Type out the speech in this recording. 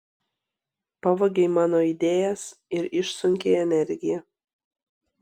pavogei mano idėjas ir išsunkei energiją